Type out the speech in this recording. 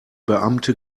beamte